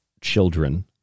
children